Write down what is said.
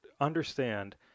understand